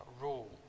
rule